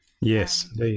Yes